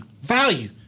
Value